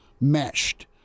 meshed